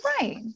right